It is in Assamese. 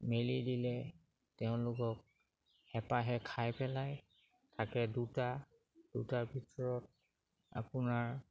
মেলি দিলে তেওঁলোকক হেপাই খাই পেলায় থাকে দুটা দুটাৰ ভিতৰত আপোনাৰ